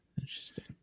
Interesting